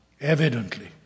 evidently